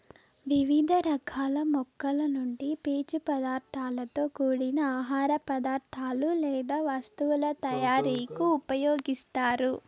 వివిధ రకాల మొక్కల నుండి పీచు పదార్థాలతో కూడిన ఆహార పదార్థాలు లేదా వస్తువుల తయారీకు ఉపయోగిస్తారు